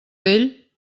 vell